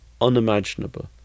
unimaginable